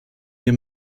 year